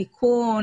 תיקון,